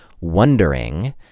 wondering